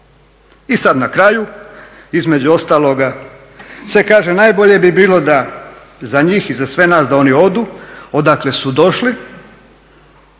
I sada na kraju između ostaloga, se kaže najbolje bi bilo da za njih i za sve nad da oni odu odakle su došli